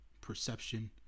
perception